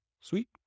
Sweet